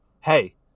Hey